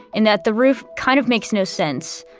in that the roof kind of makes no sense.